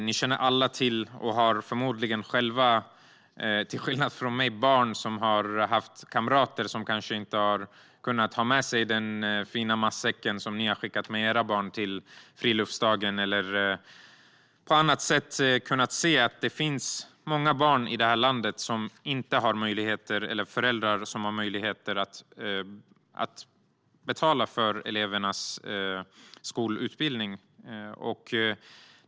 Ni känner alla till och har förmodligen själva, till skillnad från mig, barn som har haft kamrater som kanske inte har kunnat ha med sig en så fin matsäck som ni har skickat med era barn till friluftsdagen. Eller så har ni på annat sätt kunnat se att det finns många barn här i landet vars föräldrar inte har möjlighet att betala för elevernas skolutbildning.